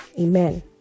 amen